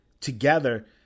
together